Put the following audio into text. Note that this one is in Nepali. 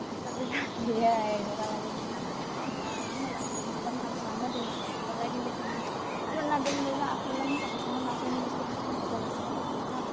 सधैँ जान्छु हेर्नुको लागि होइन आउँछ राम्रो लाग्छ मजा पनि लाग्छ होइन तिनीहरूलाई हेर्नको लागि तिनीहरू नाचेको तिनीहरू नाचेको देख्दा आफूलाई पनि सँगसँगै नाचौँ जस्तो लाग्छ के त होइन